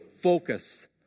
focus